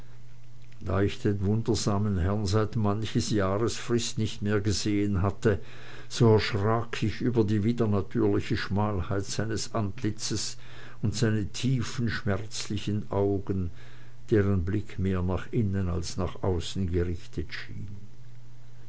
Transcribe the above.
da ich den wundersamen herrn seit manchen jahres frist nicht mehr gesehen hatte so erschrak ich über die widernatürliche schmalheit seines antlitzes und seine tiefen schmerzlichen augen deren blick mehr nach innen als nach außen gerichtet schien